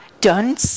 done